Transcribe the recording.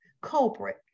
culprit